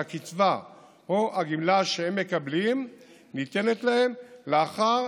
שהקצבה או הגמלה שהם מקבלים ניתנת להם לאחר